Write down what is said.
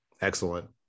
Excellent